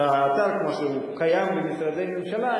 האתר כמו שהוא קיים במשרדי ממשלה,